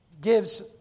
gives